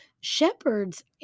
shepherds